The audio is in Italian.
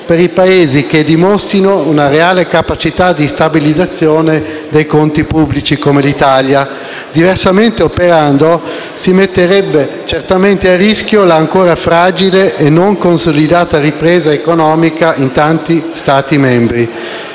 per i Paesi che dimostrino una reale capacità di stabilizzazione dei conti pubblici, come l'Italia. Diversamente operando, si metterebbe certamente a rischio la ancora fragile e non consolidata ripresa economica in tanti Stati membri.